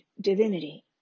divinity